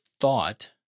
thought